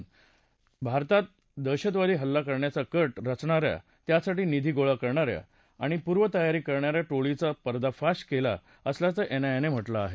त्यातून भारतावर दशहतवादी हल्ला करण्याचा कट रचणा या त्यासाठी निधी गोळा करणा या आणि पूर्वतयारी करणा या टोळीचा पर्दाफाश आपण केला असल्याचं एनआयएनं म्हटलं आहे